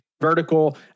vertical